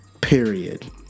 period